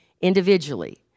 individually